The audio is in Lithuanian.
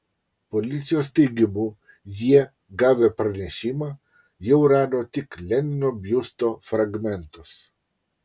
policijos teigimu jie gavę pranešimą jau rado tik lenino biusto fragmentus